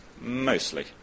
mostly